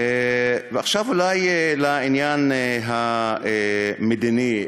עכשיו אולי לעניין המדיני,